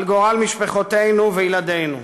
על גורל משפחותינו וילדינו.